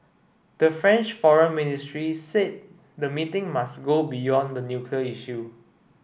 the French foreign ministry said the meeting must go beyond the nuclear issue